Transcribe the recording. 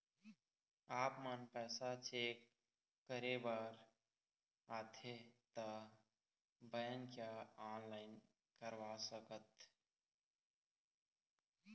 आपमन पैसा चेक करे बार आथे ता बैंक या ऑनलाइन करवा सकत?